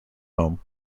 home